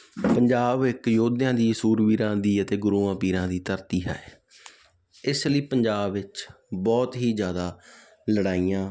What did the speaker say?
ਪੰਜਾਬ ਇੱਕ ਯੋਧਿਆਂ ਦੀ ਸੂਰਵੀਰਾਂ ਦੀ ਅਤੇ ਗੁਰੂਆਂ ਪੀਰਾਂ ਦੀ ਧਰਤੀ ਹੈ ਇਸ ਲਈ ਪੰਜਾਬ ਵਿੱਚ ਬਹੁਤ ਹੀ ਜ਼ਿਆਦਾ ਲੜਾਈਆਂ